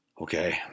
Okay